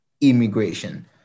immigration